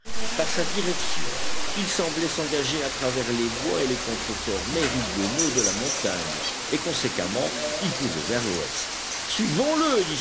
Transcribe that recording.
par sa direction il semblait s'engager à travers les bois et les contreforts méridionaux de la montagne et conséquemment il courait vers l'ouest suivons le